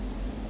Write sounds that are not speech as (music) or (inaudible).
(noise)